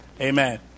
Amen